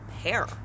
hair